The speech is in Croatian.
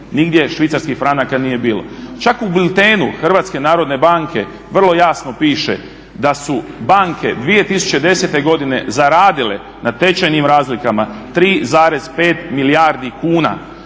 nigdje švicarskih franaka nije bilo. Čak u biltenu HNB-a vrlo jasno piše da su banke 2010. godine zaradile na tečajnim razlikama 3,5 milijardi kuna,